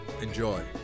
Enjoy